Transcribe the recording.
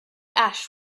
ash